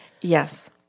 Yes